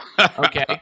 Okay